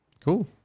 Cool